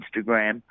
Instagram